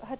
Herr